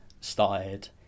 started